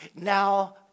now